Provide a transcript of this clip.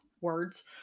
words